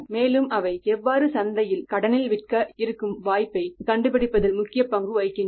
மேலும் அவை எவ்வாறு சந்தையில் கடனில் விற்க இருக்கும் வாய்ப்பை கண்டுபிடிப்பதில் முக்கிய பங்கு வகிக்கின்றன